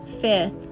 Fifth